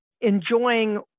enjoying